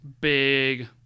big